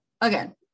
again